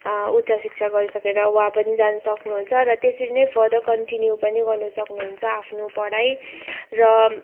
उच्च शिक्षा गरिसकेर वहाँ पनि जानु सक्नुहुन्छ र त्यसरी नै फर्दर कन्टिन्यू पनि गर्नु सक्नुहुन्छ आफ्नो पढाइ र